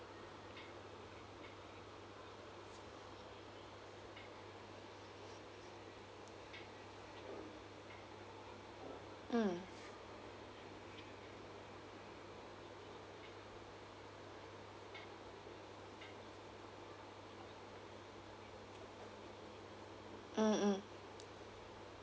mm mm mm